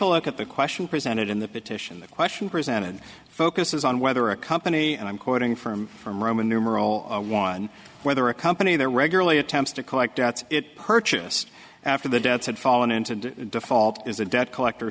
a look at the question presented in the petition the question presented focuses on whether a company and i'm quoting from from roman numeral one whether a company there regularly attempts to collect debts it purchased after the debts had fallen into default is a debt collector